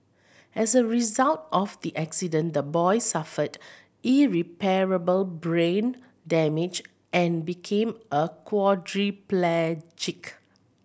as a result of the accident the boy suffered irreparable brain damage and became a quadriplegic